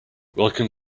welcome